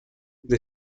the